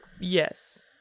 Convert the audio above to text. Yes